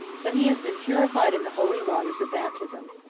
but he has been purified in the holy waters of baptism.